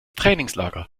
trainingslager